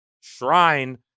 shrine